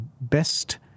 best